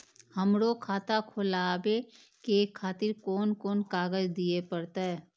हमरो खाता खोलाबे के खातिर कोन कोन कागज दीये परतें?